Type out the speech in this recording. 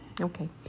Okay